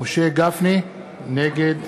נגד